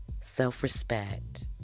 self-respect